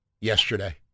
yesterday